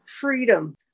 freedom